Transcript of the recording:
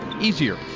easier